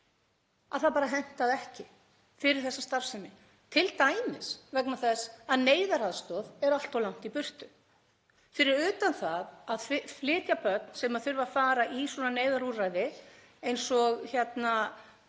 að það hentar ekki fyrir þessa starfsemi, t.d. vegna þess að neyðaraðstoð er allt of langt í burtu, fyrir utan það að flytja börn, sem þurfa að fara í svona neyðarúrræði, eins og var